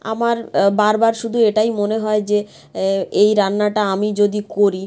আমার বারবার শুধু এটাই মনে হয় যে এই রান্নাটা আমি যদি করি